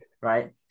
right